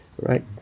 right